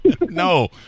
No